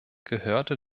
gehörte